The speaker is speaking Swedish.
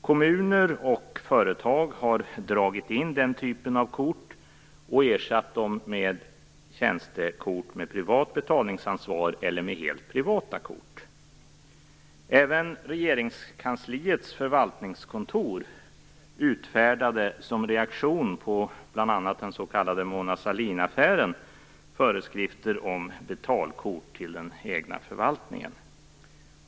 Kommuner och företag har dragit in den typen av kort, och ersatt dem med tjänstekort med privat betalningsansvar eller med helt privata kort. Även Regeringskansliets förvaltningskontor utfärdade som reaktion på bl.a. den s.k. Mona Sahlinaffären föreskrifter om betalkort till den egna förvaltningen.